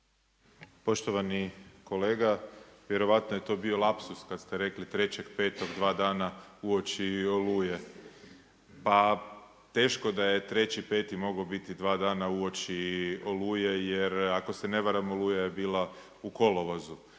Poštovani kolega vjerojatno je to bio lapsus kada ste rekli 3.5. dva dana uoči Oluje. Pa teško da je 3.5. mogao biti dva dana uoči Oluje jer ako se ne varam Oluja je bila u kolovozu,